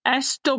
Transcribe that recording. SW